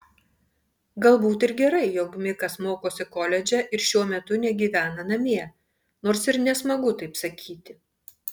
galbūt ir gerai jog mikas mokosi koledže ir šuo metu negyvena namie nors ir nesmagu taip sakyti